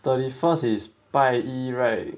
thirty first is 拜一 right